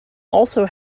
also